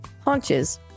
haunches